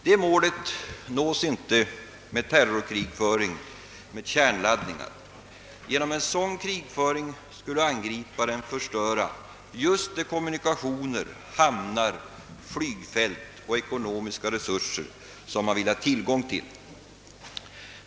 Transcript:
Detta mål nås inte genom terrorkrigföring med kärnladdningar. Genom en sådan krigföring skulle angriparen förstöra just de kommunikationer, hamnar, flygfält och ekonomiska resurser som han vill ha tillgång till.